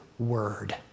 word